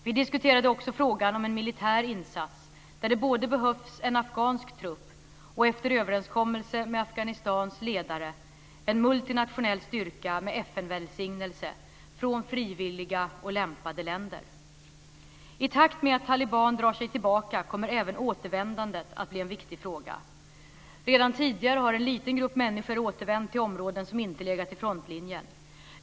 Vi diskuterade också frågan om en militär insats, där det behövs både en afghansk trupp och, efter överenskommelse med Afghanistans ledare, en multinationell styrka med FN-välsignelse från frivilliga och lämpade länder. I takt med att talibanerna drar sig tillbaka kommer även återvändandet att bli en viktig fråga. Redan tidigare har en liten grupp människor återvänt till områden som inte legat i frontlinjen.